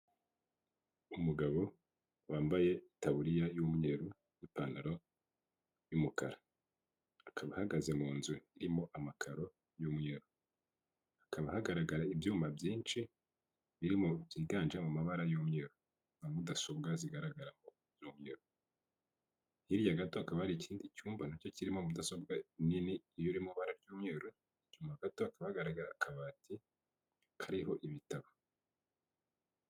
Umugabo wambaye itabuririya y'umweru n'ipantaro y'umukara, akaba ahagaze mu nzu irimo amakaro y'umweru. Hakaba hagaragara ibyuma byinshi biri mu byiganje mu mabara y'umweru, mudasobwa zigaragara mu mabara y'umweru. Hirya gato hakaba hari ikindi cyumba nacyo kirimo mudasobwa nini, iyo urimo ibara ry'umweru. Inyuma gatoya, hagaragara akabati kariho ibitabo.